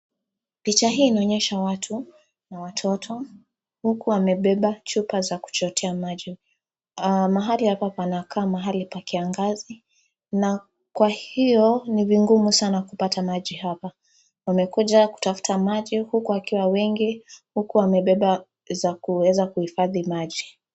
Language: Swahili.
Picha hii inaonyesha watu na watoto huku wamebeba chupa za kuchotea maji. Mahali hapa panakaa mahali pa kiangazi na kwa hiyo ni vingumu sana kupata maji hapa. Wamekuja kutafuta maji huku wakiwa wengi huku wamebeba za kuweza kuhifadhi maji.